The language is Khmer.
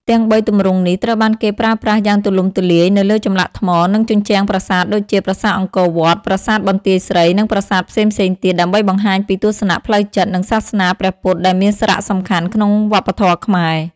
ទាំងបីទម្រង់នេះត្រូវបានគេប្រើប្រាស់យ៉ាងទូលំទូលាយនៅលើចម្លាក់ថ្ម និងជញ្ជាំងប្រាសាទដូចជា ប្រាសាទអង្គរវត្ត ប្រាសាទបន្ទាយស្រី និងប្រាសាទផ្សេងៗទៀត ដើម្បីបង្ហាញពីទស្សនៈផ្លូវចិត្ត និងសាសនាព្រះពុទ្ធដែលមានសារៈសំខាន់ក្នុងវប្បធម៌ខ្មែរ។